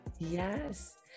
Yes